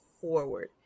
forward